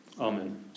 Amen